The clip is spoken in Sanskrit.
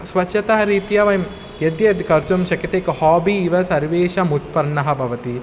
स्वच्छतारीत्या वयं यद्यद् कर्तुं शक्यते एकम् होबि इव सर्वेषाम् उत्पन्नः भवति